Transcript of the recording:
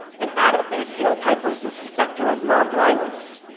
and out of their tailpipe was the specter of mob violence.